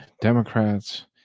Democrats